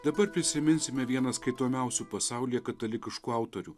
dabar prisiminsime vieną skaitomiausių pasaulyje katalikiškų autorių